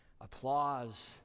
applause